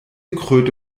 kröte